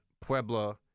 Puebla